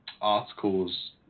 articles